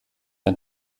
ein